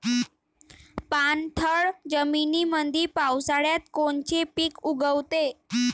पाणथळ जमीनीमंदी पावसाळ्यात कोनचे पिक उगवते?